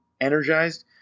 energized